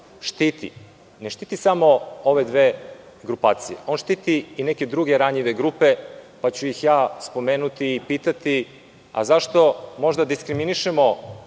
štiti, ne štiti samo ove dve grupacije, on štiti i neke druge ranjive grupe, pa ću ih ja spomenuti i pitati - a zašto možda diskriminišemo